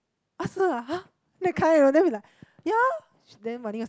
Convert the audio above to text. ask her ah !huh! that kind you know then we like ya then Wan-Ning was like